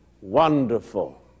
wonderful